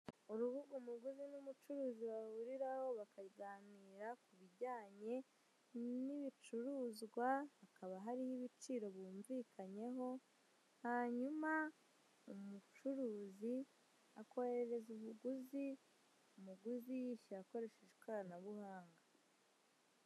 Urubuga muguzi n'umucuruzi bahuriraho bakaganira, ku bijyanye n'ibicuruzwa hakaba hariho ibiciro bumvikanyeho, hanyuma umucuruzi akoherereza umuguzi, umuguzi yishyura akoresheje ikoranabuhanga.